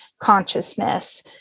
consciousness